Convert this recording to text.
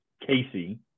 Casey